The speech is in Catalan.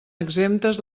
exemptes